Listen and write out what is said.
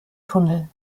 tunnel